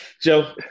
Joe